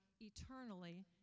eternally